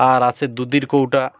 আর আছে দুধের কৌটা